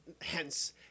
hence